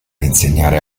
insegnare